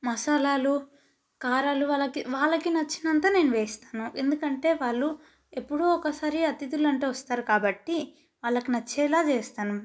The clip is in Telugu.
మసాలాలు కారాలు వాళ్ళకి వాళ్ళకి నచ్చినంత నేను వేస్తాను ఎందుకంటే వాళ్ళు ఎప్పుడో ఒకసారి అతిథులు అంటు వస్తారు కాబట్టి వాళ్ళకి నచ్చేలాగా చేస్తాను